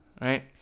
right